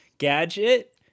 gadget